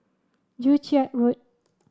Joo Chiat Road